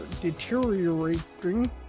deteriorating